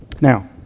Now